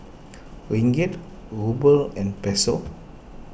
Ringgit Ruble and Peso